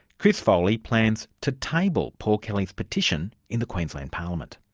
chris foley plans to table paul kelly's petition in the queensland parliament.